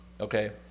okay